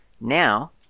now